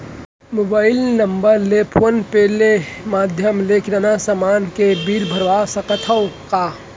Mobile number ले phone पे ले माधयम ले किराना समान के बिल भर सकथव का?